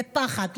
לפחד,